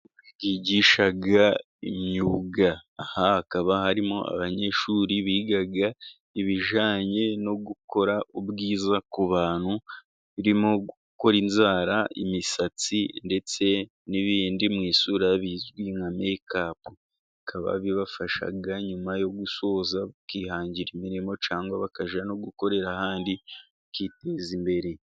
Yigisha imyuga, aha hakaba harimo abanyeshuri biga ibijyanye no gukora ubwiza ku bantu, birimo gukora inzara, imisatsi ndetse n'ibindi mu isura bizwi nka mekapu. Bikaba bibafasha nyuma yo gusoza, bakihangira imirimo cyangwa bakajya no gukorera ahandi, bakiteza imbere.